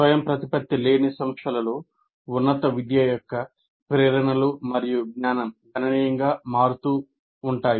స్వయంప్రతిపత్తి లేని సంస్థలలో ఉన్నత విద్య యొక్క ప్రేరణలు మరియు జ్ఞానం గణనీయంగా మారుతూ ఉంటాయి